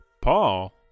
Paul